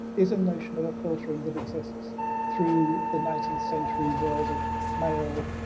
is a notion of a filtering that exists through the nineteenth century world of male